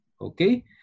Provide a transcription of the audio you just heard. okay